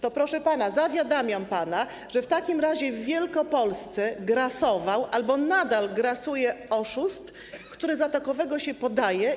To, proszę pana, zawiadamiam pana, że w takim razie w Wielkopolsce grasował albo nadal grasuje oszust, który za takowego się podaje.